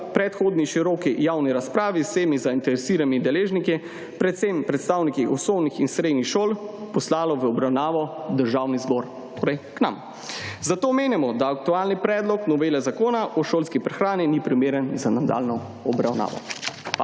predhodni široki javni razpravi z vsemi zainteresiranimi deležniki, predvsem predstavniki osnovnih in srednjih šol poslalo v obravnavo v državni zbor. Torej, k nam. Zato menimo, da aktualni predlog novele zakona o šolski prehrani ni primeren za nadaljnjo obravnavo.